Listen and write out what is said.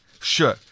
Sure